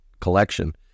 collection